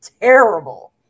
terrible